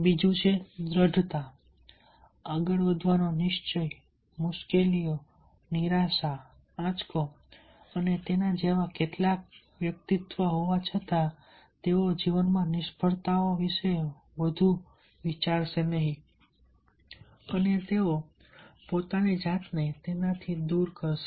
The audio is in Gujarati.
બીજું છે દ્રઢતા આગળ વધવાનો નિશ્ચય મુશ્કેલીઓ નિરાશા આંચકો અને તેના જેવા કેટલાક વ્યક્તિત્વ હોવા છતાં તેઓ જીવનમાં નિષ્ફળતા વિશે વધુ વિચારશે નહીં અને તેઓ તેને દૂર કરશે